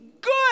Good